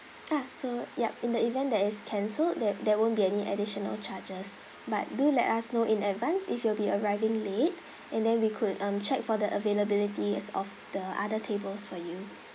ah so yup in the event that is cancelled there there won't be any additional charges but do let us know in advance if you'll be arriving late and then we could um check for the availability as of the other tables for you